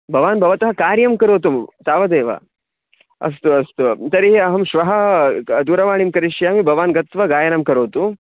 भवान् भवतः कार्यं करोतु तावदेव अस्तु अस्तु तर्हि अहं श्वः दूरवाणीं करिष्यामि भवान् गत्वा गायनं करोतु